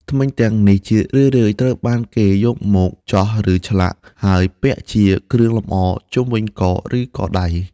ធ្មេញទាំងនេះជារឿយៗត្រូវបានគេយកមកចោះ ឬឆ្លាក់ ហើយពាក់ជាគ្រឿងលម្អជុំវិញក ឬកដៃ។